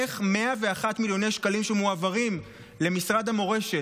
איך 101 מיליוני שקלים שמועברים למשרד המורשת,